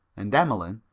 and emmeline,